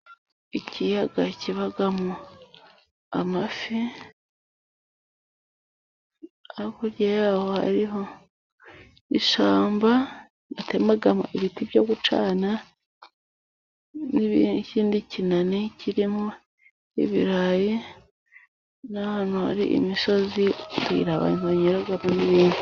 Ikiyaga kibamo amafi, hakurya yaho hariho ishyamba batemamo ibiti byo gucana. N'ikindi kinani kirimo ibirayi n'ahantu hari imisozi, utuyira abantu banyuramo ari benshi.